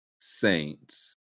Saints